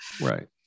Right